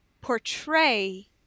portray